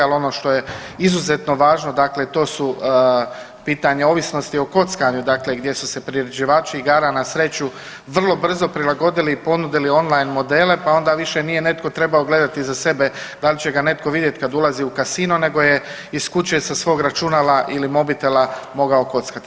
Ali ono što je izuzetno važno, dakle to su pitanja ovisnosti o kockanju, dakle gdje su se priređivači igara na sreću vrlo brzo prilagodili i ponudili on line modele, pa onda više nije netko trebao gledati za sebe da li će ga netko vidjeti kad ulazi u casino nego je iz kuće sa svog računala ili mobitela mogao kockati.